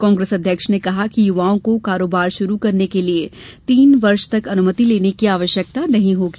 कांग्रेस अध्यक्ष ने कहा कि युवाओं को कारोबार शुरू करने के लिए तीन वर्ष तक अनुमति लेने की आवश्यकता नहीं होगी